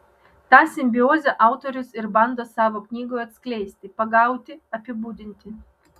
tą simbiozę autorius ir bando savo knygoje atskleisti pagauti apibūdinti